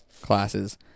classes